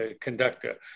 conductor